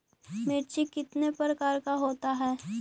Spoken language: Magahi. मिर्ची कितने प्रकार का होता है?